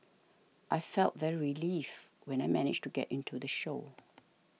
I felt very relieved when I managed to get into the show